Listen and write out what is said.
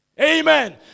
Amen